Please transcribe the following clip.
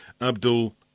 Abdul